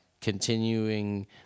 continuing